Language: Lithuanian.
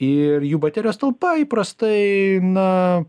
ir jų baterijos talpa įprastai na